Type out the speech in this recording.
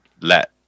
let